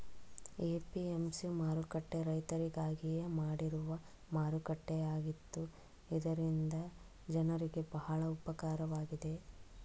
APMC ಮಾರುಕಟ್ಟೆ ರೈತರಿಗಾಗಿಯೇ ಮಾಡಿರುವ ಮಾರುಕಟ್ಟೆಯಾಗಿತ್ತು ಇದರಿಂದ ಜನರಿಗೆ ಬಹಳ ಉಪಕಾರವಾಗಿದೆ